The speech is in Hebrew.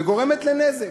ונגרם נזק.